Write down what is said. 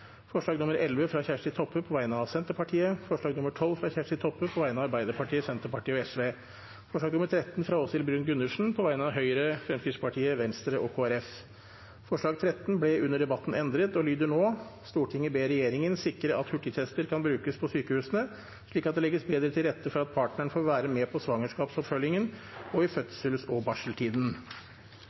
forslag nr. 11, fra Kjersti Toppe på vegne av Senterpartiet forslag nr. 12, fra Kjersti Toppe på vegne av Arbeiderpartiet, Senterpartiet og Sosialistisk Venstreparti forslag nr. 13, fra Åshild Bruun-Gundersen på vegne av Høyre, Fremskrittspartiet, Venstre og Kristelig Folkeparti Forslag nr. 13 ble under debatten endret og lyder nå: «Stortinget ber regjeringen sikre at hurtigtester kan brukes på sykehusene slik at det legges bedre til rette for at partneren får være med på svangerskapsoppfølgingen og i fødsels- og barseltiden.»